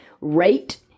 rate